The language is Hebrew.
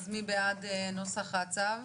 אז מי בעד נוסח ההצעה.